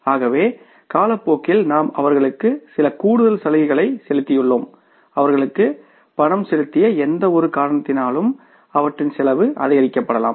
ஆகவே காலப்போக்கில் நாம் அவர்களுக்கு சில கூடுதல் சலுகைகளை செலுத்தியுள்ளோம் அவர்களுக்கு பணம் செலுத்திய எந்தவொரு காரணத்தினாலும் அவற்றின் செலவு அதிகரிக்கப்படலாம்